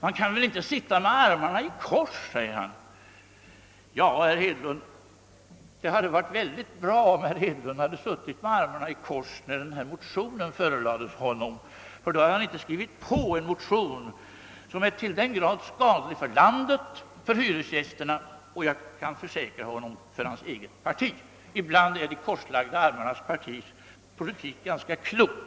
Man kan väl inte sitta med armarna i kors, sade han. Ja, herr Hedlund, det hade varit väldigt bra om Ni hade suttit med armarna i kors när motionen förelades Er, ty då hade Ni inte skrivit på en motion som är till den grad skadlig för landet, för hyresgästerna och — det kan jag försäkra herr Hedlund — för ert eget parti. Ibland är de korslagda armarnas politik ganska klok.